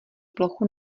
plochu